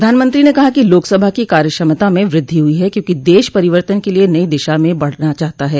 प्रधानमंत्री ने कहा कि लोकसभा की कार्य क्षमता मं वृद्धि हुई है क्योंकि देश परिवर्तन के लिए नई दिशा में बढना चाहता है